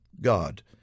God